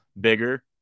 bigger